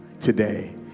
today